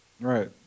Right